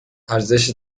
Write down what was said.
ارزش